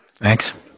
thanks